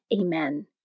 Amen